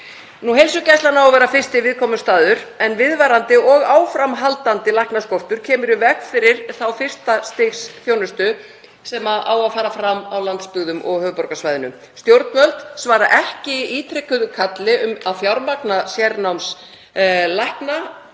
Heilsugæslan á að vera fyrsti viðkomustaður en viðvarandi og áframhaldandi læknaskortur kemur í veg fyrir þá fyrsta stigs þjónustu sem á að fara fram á landsbyggðinni og höfuðborgarsvæðinu. Stjórnvöld svara ekki ítrekuðu kalli um að fjármagna sérnámslækna